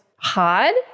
hard